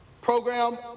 program